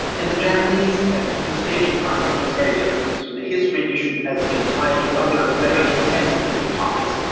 in the japanese and east asian context it's very different. so the history issue has been tied to other very sensitive topics,